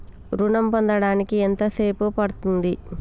ఋణం పొందడానికి ఎంత సేపు పడ్తుంది?